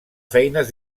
feines